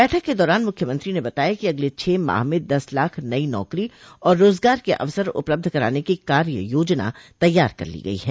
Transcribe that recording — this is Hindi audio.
बैठक के दौरान मुख्यमंत्री ने बताया कि आगामी छह माह में दस लाख नई नौकरी और रोजगार के अवसर उपलब्ध करान की कार्य योजना तैयार कर ली गई है